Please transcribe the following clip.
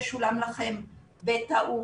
זה שולם לכם בטעות,